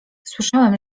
słyszałem